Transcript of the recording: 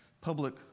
public